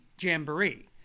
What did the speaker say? Jamboree